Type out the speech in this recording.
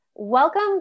Welcome